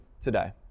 today